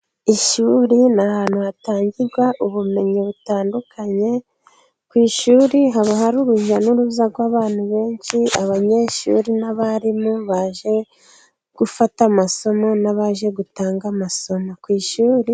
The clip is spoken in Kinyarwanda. Ishuri ni ahantu hatangirwa ubumenyi butandukanye, ku ishuri haba hari urujya n'uruza rw'abantu benshi, abanyeshuri n'abarimu, baje gufata amasomo n'abaje gutanga amasomo ku ishuri.